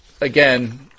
again